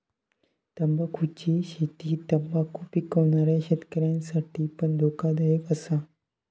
तंबाखुची शेती तंबाखु पिकवणाऱ्या शेतकऱ्यांसाठी पण धोकादायक असा